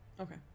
Okay